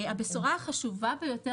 הבשורה החשובה ביותר,